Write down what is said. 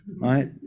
Right